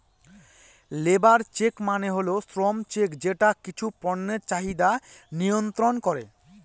labour check মানে হল শ্রম চেক যেটা কিছু পণ্যের চাহিদা মিয়ন্ত্রন করে